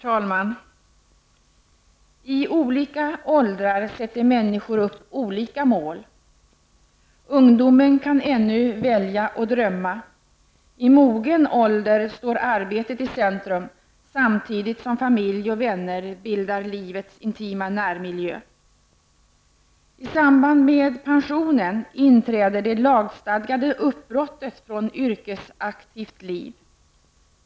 Herr talman! I olika åldrar sätter människor upp olika mål. I ungdomen kan man ännu välja och drömma. I mogen ålder står arbetet i centrum, samtidigt som familj och vänner bildar livets intima närmiljö. I samband med pensionen inträder det lagstadgade uppbrottet från ett yrkesaktivt liv.